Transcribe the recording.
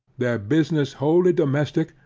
their business wholly domestic,